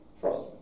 trust